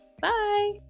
Bye